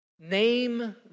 Name